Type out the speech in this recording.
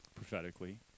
prophetically